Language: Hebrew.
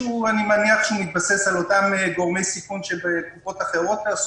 שאני מניח שמתבסס על אותם גורמי סיכון כפי שעשו בקופות אחרות.